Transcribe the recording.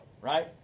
right